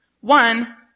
One